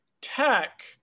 Tech